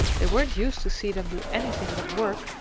they weren't used to see them do anything but work,